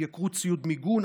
התייקרות ציוד מיגון,